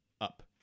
up